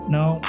now